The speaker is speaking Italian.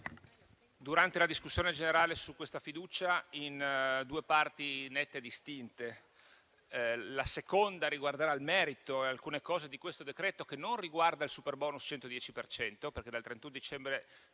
durante la discussione generale su questa fiducia, in due parti nette e distinte. La seconda riguarderà il merito e alcune cose di questo decreto, che non concerne il superbonus al 110 per cento, perché dal 31 dicembre